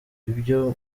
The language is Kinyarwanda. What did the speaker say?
ibyo